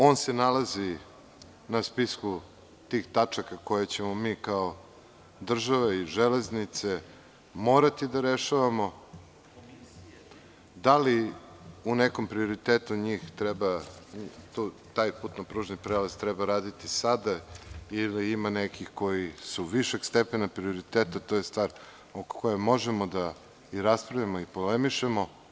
On se nalazi na spisku tih tačaka koje ćemo mi kao država i „Železnice“ morati da rešavamo, da li u nekom prioritetu taj putno-pružni prelaz treba raditi sada ili ima nekih koji su višeg stepena prioriteta, to je stvar o kojoj možemo da raspravljamo i polemišemo.